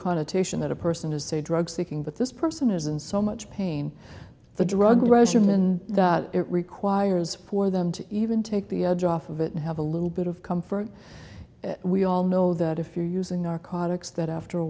connotation that a person is a drug seeking but this person is in so much pain the drug grows and it requires for them to even take the edge off of it and have a little bit of comfort we all know that if you're using narcotics that after a